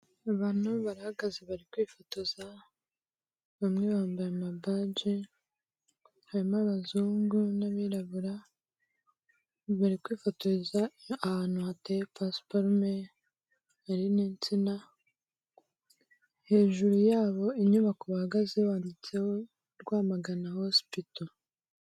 Abantu barahagaze bari kwifotoza, bamwe bambaye amabaje, harimo abazungu n'abirabura, bari kwifotoreza ahantu hateye pasiparume, hari n'insina, hejuru yaho inyubako bahagazeho handitseho, Rwamagana hospital.